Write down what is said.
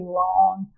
long